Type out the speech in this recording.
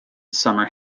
summer